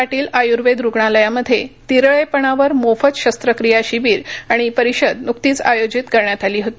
पाटील आयुर्वेद रुग्णालयामध्ये तिरळेपणावर मोफत शस्त्रक्रिया शिविर आणि परिषद न्कतीच आयोजित करण्यात आली होती